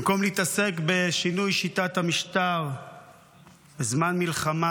במקום להתעסק בשינוי שיטת המשטר בזמן מלחמה,